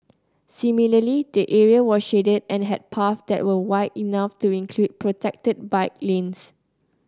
similarly the area was shaded and had paths that were wide enough to include protected bike lanes